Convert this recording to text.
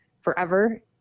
forever